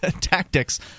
tactics